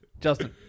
Justin